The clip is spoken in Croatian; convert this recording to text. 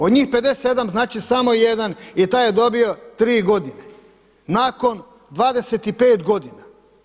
Od njih 57 znači samo jedan i taj je dobio 3 godine nakon 25 godina.